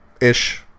ish